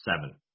seven